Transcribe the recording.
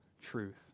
truth